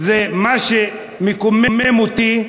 מה שמקומם אותי,